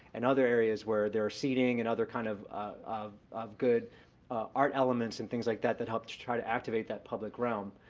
and other areas where there are seating and other kind of of of good art elements and things like that that help to try to activate that public realm.